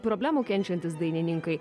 problemų kenčiantys dainininkai